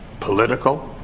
political,